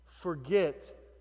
forget